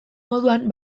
moduan